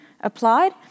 applied